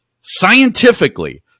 scientifically